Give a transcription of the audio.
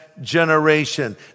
generation